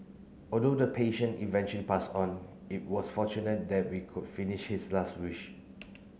although the patient eventually passed on it was fortunate that we could finish his last wish